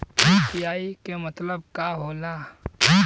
UPI के मतलब का होला?